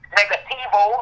negativo